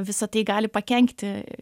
visa tai gali pakenkti